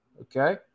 Okay